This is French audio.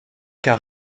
cas